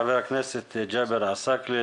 חבר הכנסת ג'אבר עסאקלה,